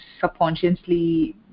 subconsciously